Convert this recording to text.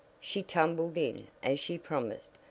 she tumbled in as she promised,